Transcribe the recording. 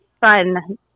fun